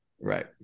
Right